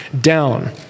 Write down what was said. down